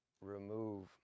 remove